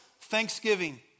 thanksgiving